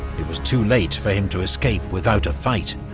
it was too late for him to escape without a fight.